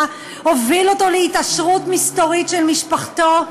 הוביל אותו להתעשרות מסתורית של משפחתו?